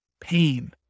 pain